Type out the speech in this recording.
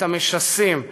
את המשסים,